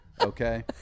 Okay